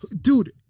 dude